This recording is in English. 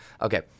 Okay